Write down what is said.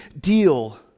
deal